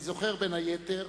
אני זוכר בין היתר